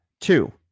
Two